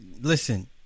Listen